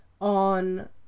on